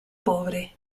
pobre